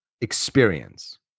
experience